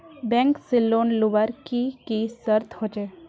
Bank से loan लुबार की की शर्त होचए?